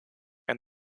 and